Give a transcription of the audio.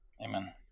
Amen